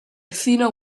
athena